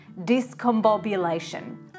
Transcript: discombobulation